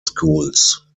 schools